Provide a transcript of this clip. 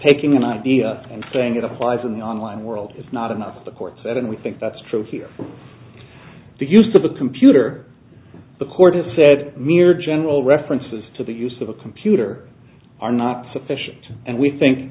taking an idea and saying it applies in the online world is not enough the court said and we think that's true here for the use of the computer the court has said mere general references to the use of a computer are not sufficient and we think